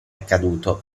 accaduto